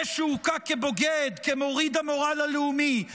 זה שהוקע כבוגד, כמוריד המורל הלאומי.